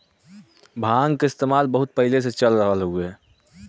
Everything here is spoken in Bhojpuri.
भांग क इस्तेमाल बहुत पहिले से चल रहल हउवे